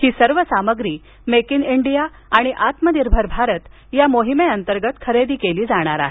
ही सर्व सामग्री make in India आणि आत्मनिर्भर भारत या मोहिमेंतर्गत खरेदी केली जाणार आहे